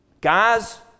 Guys